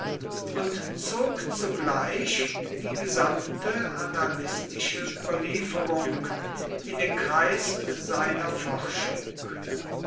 und zog zugleich die gesamte annalistische überlieferung in den kreis seiner forschung